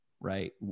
right